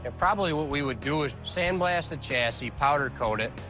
ah probably what we would do is sandblast the chassis, powder coat it,